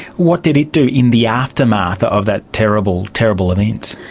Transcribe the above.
what did it do in the aftermath of that terrible, terrible event?